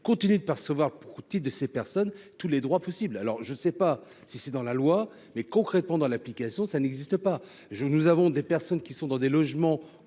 continuent de percevoir pour outil de ces personnes, tous les droits possibles, alors je sais pas si c'est dans la loi mais concrètement dans l'application, ça n'existe pas, je nous avons des personnes qui sont dans des logements